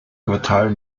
quartal